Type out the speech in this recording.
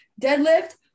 deadlift